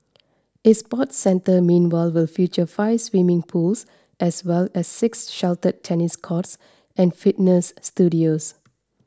a sports centre meanwhile will feature five swimming pools as well as six sheltered tennis courts and fitness studios